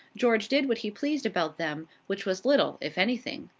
george did what he pleased about them, which was little, if anything.